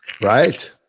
right